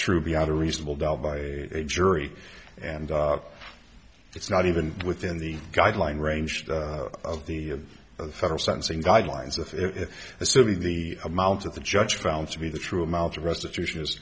true beyond a reasonable doubt by a jury and it's not even within the guideline range of the federal sentencing guidelines if assuming the amount of the judge found to be the true amount of restitution is